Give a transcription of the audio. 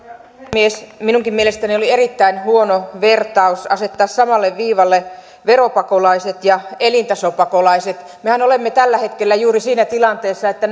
puhemies minunkin mielestäni oli erittäin huono vertaus asettaa samalle viivalle veropakolaiset ja elintasopakolaiset mehän olemme tällä hetkellä juuri siinä tilanteessa että